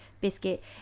biscuit